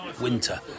winter